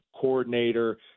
coordinator